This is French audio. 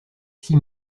six